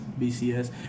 BCS